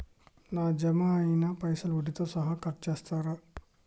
నా జమ అయినా పైసల్ వడ్డీతో సహా కట్ చేస్తరా?